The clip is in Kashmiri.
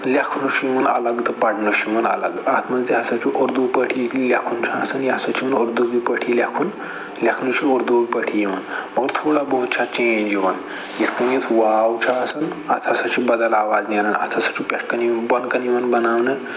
لیٚکھنہٕ چھُ یِوان الگ تہٕ پَرنہٕ تہٕ چھُ یِوان الگ اتھ مَنٛز تہِ ہَسا چھُ اردو پٲٹھی لیٚکھُن چھُ آسان یہِ ہَسا چھُنہٕ اردوٗوٕے پٲٹھی لیٚکھُن لیٚکھنہٕ چھُ اردو پٲٹھی یِوان مگر تھوڑا بہت چھِ اتھ چینٛج یِوان یِتھ کٔنٮ۪تھ واو چھُ آسان اتھ ہَسا چھ بَدَل آواز نیران اتھ پٮ۪ٹھ کَنہِ بوٚن کَنہِ یِوان بناونہٕ